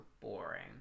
boring